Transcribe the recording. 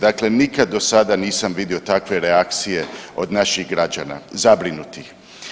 Dakle, nikad do sada nisam vidio takve reakcije od naših građana zabrinutih.